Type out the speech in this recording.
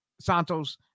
Santos